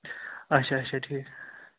اچھا اچھا ٹھیٖک